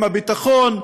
הביטחון,